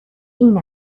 این